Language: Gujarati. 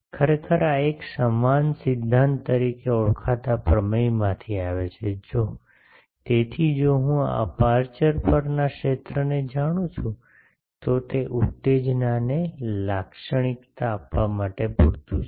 ખરેખર આ એક સમાનતા સિદ્ધાંત તરીકે ઓળખાતા પ્રમેયમાંથી આવે છે તેથી જો હું આ અપેરચ્યોરપરના ક્ષેત્રને જાણું છું તો તે ઉત્તેજનાને લાક્ષણિકતા આપવા માટે પૂરતું છે